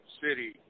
city